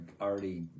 already